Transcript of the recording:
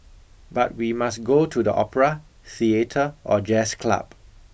but we must go to the opera theatre or jazz club